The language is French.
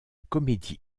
comédie